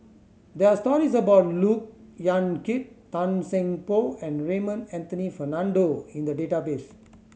there are stories about Look Yan Kit Tan Seng Poh and Raymond Anthony Fernando in the database